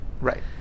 right